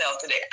today